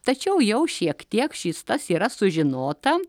tačiau jau šiek tiek šis tas yra sužinota